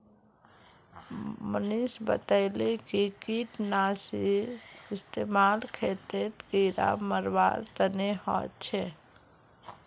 मनीष बताले कि कीटनाशीर इस्तेमाल खेतत कीड़ा मारवार तने ह छे